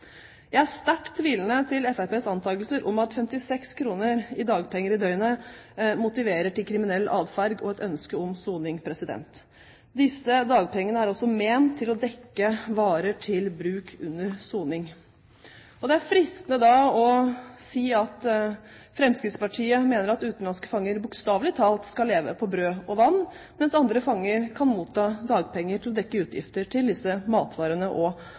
Jeg er sterkt tvilende til Fremskrittspartiets antakelser om at 56 kr i dagpenger i døgnet motiverer til kriminell atferd og et ønske om soning. Disse dagpengene er også ment til å dekke varer til bruk under soning. Det er fristende da å si at Fremskrittspartiet mener at utenlandske fanger bokstavelig talt skal leve på brød og vann, mens andre fanger kan motta dagpenger til å dekke utgifter til matvarer og